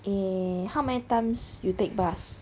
eh how many times you take bus